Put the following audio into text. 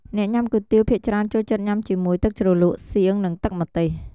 អ្នកញុាំគុយទាវភាគច្រើនចូលចិត្តញុំាជាមួយ ទឹកជ្រលក់សៀង ឬទឹកម្ទេស។